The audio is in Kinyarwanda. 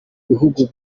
bihugu